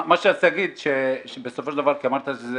מה שרציתי להגיד -- -בסופו של דבר אמרת שזה